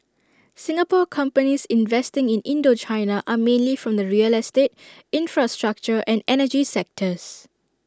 Singapore companies investing in Indochina are mainly from the real estate infrastructure and energy sectors